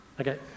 Okay